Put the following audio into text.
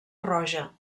roja